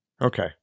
Okay